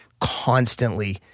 constantly